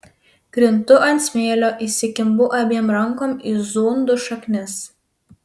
krintu ant smėlio įsikimbu abiem rankom į zundų šaknis